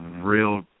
real